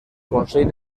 consell